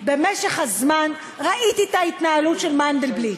במשך הזמן ראיתי את ההתנהלות של מנדלבליט,